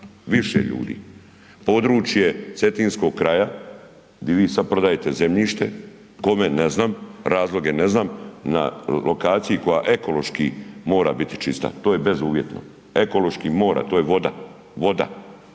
više ljudi. Područje Cetinskog kraja, gdje vi sada prodajete zemljište, kome ne znam, razloge ne znam, na lokaciji koja ekološki mora biti čista. To je bezuvjetno. Ekološki mora, to je voda, voda.